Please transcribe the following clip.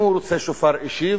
אם הוא רוצה שופר אישי,